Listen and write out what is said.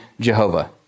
Jehovah